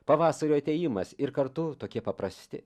pavasario atėjimas ir kartu tokie paprasti